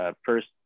First